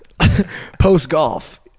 Post-golf